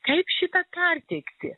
kaip šitą perteikti